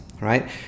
right